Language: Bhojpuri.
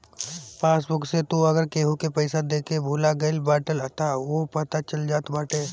पासबुक से तू अगर केहू के पईसा देके भूला गईल बाटअ तअ उहो पता चल जात बाटे